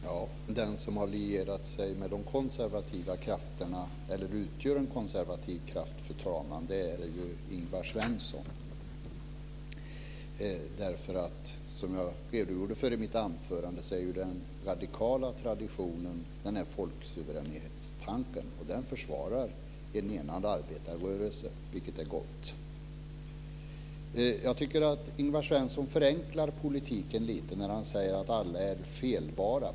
Fru talman! Den som har lierat sig med de konservativa krafterna eller utgör en konservativ kraft är Ingvar Svensson. Som jag redogjorde för i mitt anförande är den radikala traditionen folksuveränitetstanken, och den försvarar en enad arbetarrörelse, vilket är gott. Jag tycker att Ingvar Svensson förenklar politiken lite när han säger att alla är felbara.